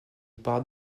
parle